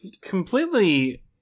completely